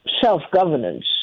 self-governance